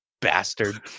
bastard